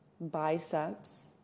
biceps